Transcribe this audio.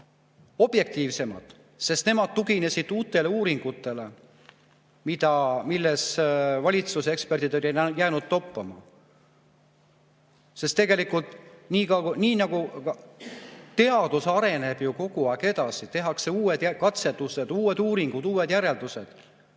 objektiivsemad, kui nemad tuginesid uutele uuringutele, kuid valitsuse eksperdid olid jäänud toppama. Teadus areneb ju kogu aeg edasi, tehakse uued katsetused, uued uuringud, uued järeldused.